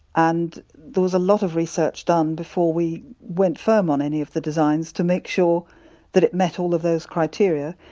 and there was a lot of research done before we went firm on any of the designs to make sure that it met all of those criteria.